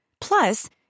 Plus